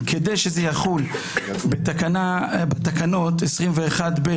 כדי שזה יחול בתקנות 21(ב),